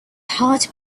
heart